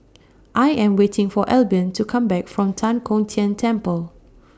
I Am waiting For Albion to Come Back from Tan Kong Tian Temple